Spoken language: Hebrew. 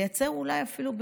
לייצר אולי אפילו,